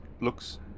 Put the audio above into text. looks